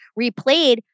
replayed